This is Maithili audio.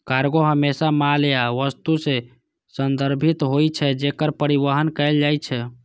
कार्गो हमेशा माल या वस्तु सं संदर्भित होइ छै, जेकर परिवहन कैल जाइ छै